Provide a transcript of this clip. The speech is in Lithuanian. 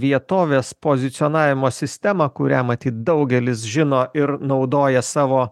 vietovės pozicionavimo sistemą kurią matyt daugelis žino ir naudoja savo